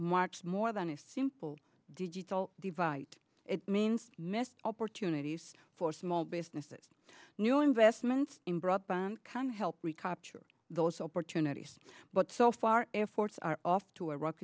marks more than a simple digital divide it means missed opportunities for small businesses new investments in broadband can help recapture those opportunities but so far airforce are off to a rock